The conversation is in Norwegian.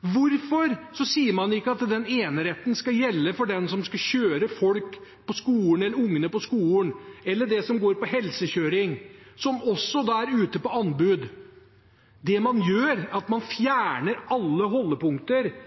Hvorfor? Så sier man ikke at den eneretten skal gjelde for dem som skal kjøre ungene på skolen, eller for det som handler om helsekjøring, som også er ute på anbud. Det man gjør, er at man